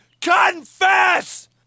Confess